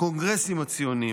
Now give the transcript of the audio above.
הקונגרסים הציוניים,